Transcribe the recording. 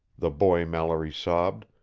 the boy mallory sobbed.